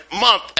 Month